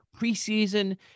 preseason